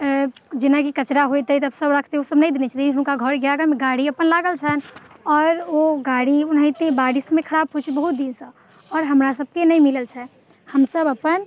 जेनाकि कचरा होयत अइ तब सब राखतै ओ सब नहि देने छथिन हुनका घरेके आगेमे गाड़ी अपन लागल छनि आओर ओ गाड़ी ओनाहिते बारिशमे खराब होइत छै बहुत दिनसँ आओर हमरा सबके नहि मिलल छै हमसब अपन